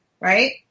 right